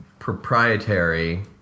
Proprietary